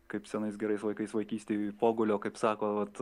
kaip senais gerais laikais vaikystėj pogulio kaip sako vat